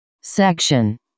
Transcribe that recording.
Section